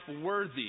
worthy